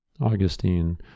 Augustine